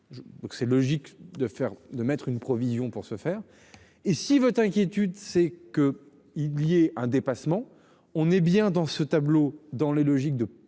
Donc c'est logique de faire de mettre une provision pour se faire et s'il veut inquiétude c'est que y'un dépassement. On est bien dans ce tableau dans les logiques de